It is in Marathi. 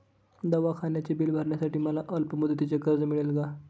दवाखान्याचे बिल भरण्यासाठी मला अल्पमुदतीचे कर्ज मिळेल का?